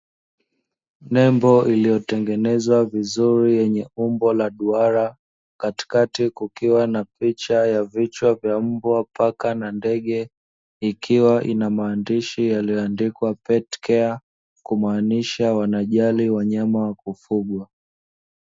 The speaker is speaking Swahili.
Nembo iliyotengenezwa vizuri yenye umbo la duara, katikati kukiwa na picha ya vichwa vya mbwa, paka na ndege. Ikiwa ina maandishi yaliyoandikwa "pet care'' kumaanisha wanajali wanyama wa kufugwa.